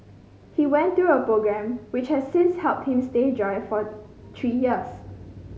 he went through a programme which has since helped him stay dry for three years